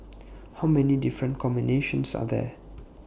how many different combinations are there